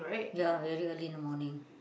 ya very early in the morning